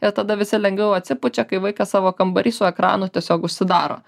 ir tada visi lengviau atsipučia kai vaikas savo kambary su ekranu tiesiog užsidaro